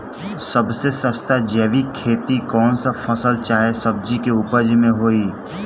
सबसे सस्ता जैविक खेती कौन सा फसल चाहे सब्जी के उपज मे होई?